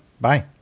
Bye